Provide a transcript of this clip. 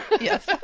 Yes